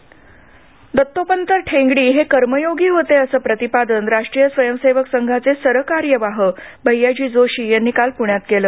ठेंगडी दत्तोपंत ठेंगडी हे कर्मयोगी होते असं प्रतिपादन राष्ट्रीय स्वयंसवेक संघाचे सरकार्यवाह भैयाजी जोशी यांनी काल प्ण्यात केलं